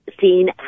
seen